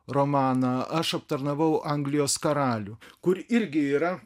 romaną aš aptarnavau anglijos karalių kur irgi yra